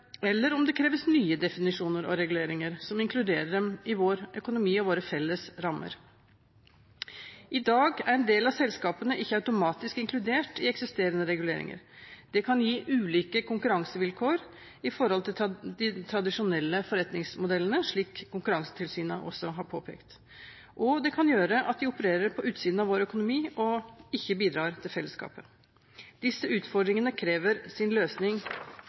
eller om det kreves nye definisjoner og reguleringer som inkluderer dem i vår økonomi og våre felles rammer. I dag er en del av selskapene ikke automatisk inkludert i eksisterende reguleringer. Det kan gi ulike konkurransevilkår i forhold til de tradisjonelle forretningsmodellene, slik Konkurransetilsynet også har påpekt, og det kan gjøre at de opererer på utsiden av vår økonomi, og ikke bidrar til fellesskapet. Disse utfordringene krever sin løsning